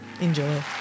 Enjoy